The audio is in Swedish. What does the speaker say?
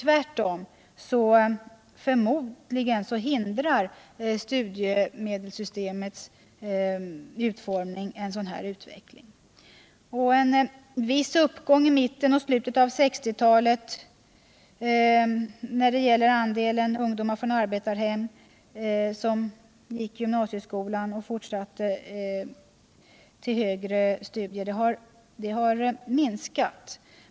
Tvärtom hindrar förmodligen studiemedelssystemets utformning en sådan utveckling. Efter en viss uppgång i mitten och slutet av 1960-talet har andelen ungdomar från arbetarhem som går från gymnasieskolan till fortsatta studier successivt minskat.